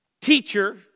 teacher